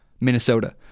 Minnesota